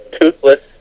toothless